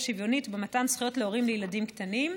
שוויונית במתן זכויות להורים לילדים קטנים.